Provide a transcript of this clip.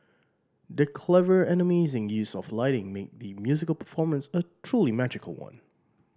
the clever and amazing use of lighting made the musical performance a truly magical one